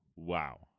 Wow